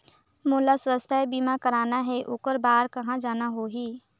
मोला स्वास्थ बीमा कराना हे ओकर बार कहा जाना होही?